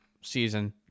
season